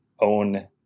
own